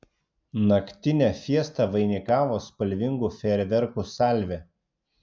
naktinę fiestą vainikavo spalvingų fejerverkų salvė